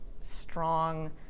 strong